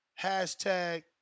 Hashtag